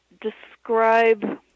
describe